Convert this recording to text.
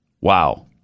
Wow